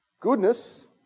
Goodness